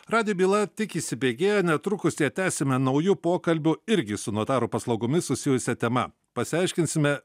radijo byla tik įsibėgėja netrukus ją tęsiame nauju pokalbiu irgi su notarų paslaugomis susijusia tema pasiaiškinsime